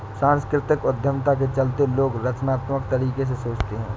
सांस्कृतिक उद्यमिता के चलते लोग रचनात्मक तरीके से सोचते हैं